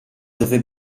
dove